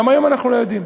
גם היום אנחנו לא יודעים.